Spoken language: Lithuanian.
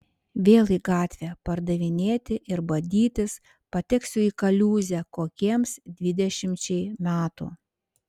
vėl į gatvę pardavinėti ir badytis pateksiu į kaliūzę kokiems dvidešimčiai metų